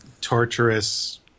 torturous